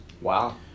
Wow